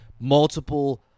multiple